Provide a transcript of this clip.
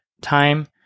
time